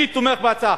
אני תומך בהצעה.